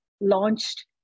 launched